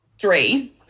three